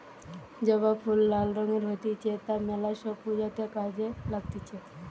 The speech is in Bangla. জবা ফুল লাল রঙের হতিছে তা মেলা সব পূজাতে কাজে লাগতিছে